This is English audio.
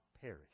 perish